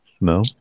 no